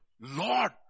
Lord